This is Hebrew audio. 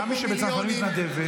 גם מי שבצנחנים מתנדב.